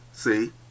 See